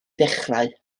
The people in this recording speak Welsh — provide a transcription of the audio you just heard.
ddechrau